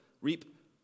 reap